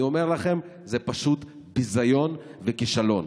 אני אומר לכם: זה פשוט ביזיון וכישלון.